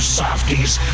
softies